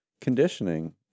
conditioning